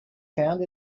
found